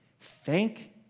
Thank